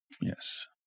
Yes